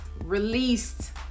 Released